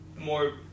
more